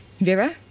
Vera